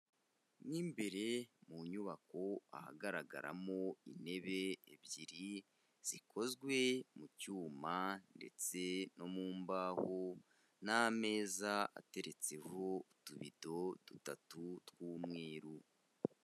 Mo mbere mu nyubako ahagaragaramo intebe ebyiri zikozwe mu cyuma, ndetse no mu mbaho n'ameza ateretseho utubido dutatu tw'umweru.